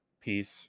peace